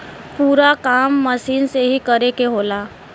पूरा काम मसीन से ही करे के होला